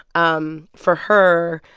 um for her,